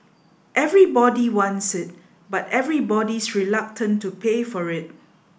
everybody wants it but everybody's reluctant to pay for it